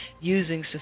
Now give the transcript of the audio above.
using